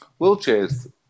wheelchairs